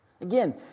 Again